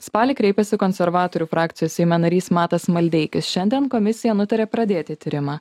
spalį kreipėsi konservatorių frakcijos seime narys matas maldeikis šiandien komisija nutarė pradėti tyrimą